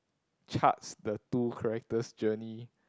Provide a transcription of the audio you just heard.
charts the two characters' journey